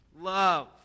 love